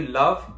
love